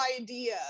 idea